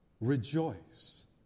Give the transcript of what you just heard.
Rejoice